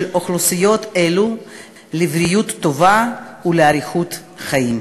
אוכלוסיות אלו לבריאות טובה ולאריכות חיים.